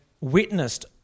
witnessed